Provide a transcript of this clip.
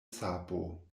sapo